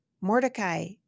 Mordecai